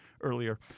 earlier